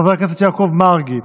חבר הכנסת יעקב מרגי,